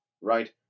right